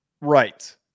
Right